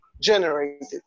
generated